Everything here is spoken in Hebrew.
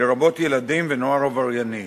לרבות ילדים ונוער עברייני.